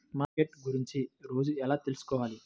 Market గురించి రోజు ఎలా తెలుసుకోవాలి?